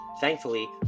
Thankfully